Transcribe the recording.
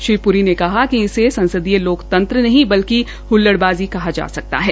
श्री प्री ने कहा कि इसे संसदीय लोकतंत्र नहीं बल्कि हल्लड़बाज़ी कहा जा सकता है